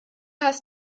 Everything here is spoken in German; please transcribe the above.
hast